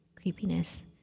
creepiness